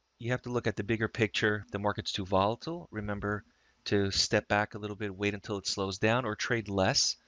you have to look at the bigger picture. the market's too volatile. remember to step back a little bit, wait until it slows down or trade less.